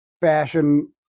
fashion